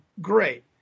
great